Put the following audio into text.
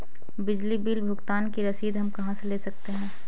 बिजली बिल भुगतान की रसीद हम कहां से ले सकते हैं?